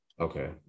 Okay